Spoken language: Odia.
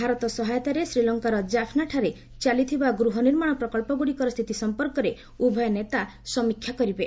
ଭାରତ ସହାୟତାରେ ଶ୍ରୀଲଙ୍କାର ଜାଫନାଠାରେ ଚାଲିଥିବା ଗୃହନିର୍ମାଣ ପ୍ରକଳ୍ପଗୁଡ଼ିକର ସ୍ଥିତି ସଂପର୍କରେ ଉଭୟ ନେତା ସମୀକ୍ଷା କରିବେ